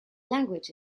language